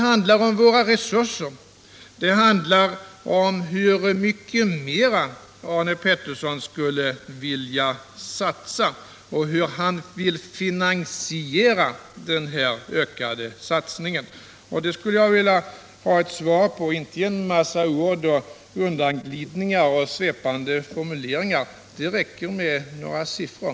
Hur mycket mer vill då Arne Pettersson satsa, och hur vill han finansiera denna ökade satsning? Jag skulle vilja få ett svar på det, inte i form av en miingd ord och undanglidningar och svepande formuleringar, utan med några siffror.